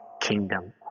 kingdom